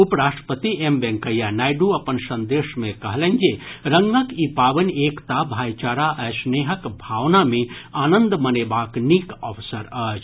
उप राष्ट्रपति एम वेंकैया नायडू अपन संदेश मे कहलनि जे रंगक ई पावनि एकता भाईचारा आ स्नेहक भावना मे आनंद मनेबाक नीक अवसर अछि